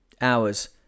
Hours